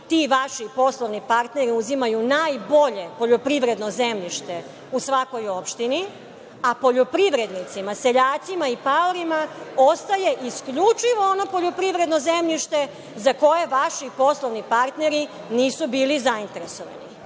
ti vaši poslovni partneri uzimaju najbolje poljoprivredno zemljište u svakoj opštini, a poljoprivrednicima, seljacima i paorima ostaje isključivo ono poljoprivredno zemljište za koje vaši poslovni partneri nisu bili zainteresovani. Ovim